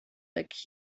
like